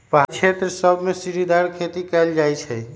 पहारी क्षेत्र सभमें सीढ़ीदार खेती कएल जाइ छइ